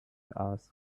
hours